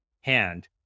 hand